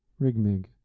Rigmig